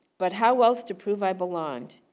but how else to prove i belonged?